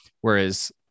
Whereas